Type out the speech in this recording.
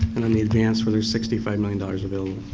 and on the advanced for the sixty five million dollars available.